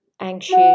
anxious